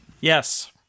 Yes